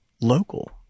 local